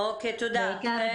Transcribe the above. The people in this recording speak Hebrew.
תודה.